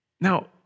Now